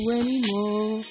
anymore